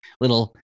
little